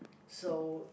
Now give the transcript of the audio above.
so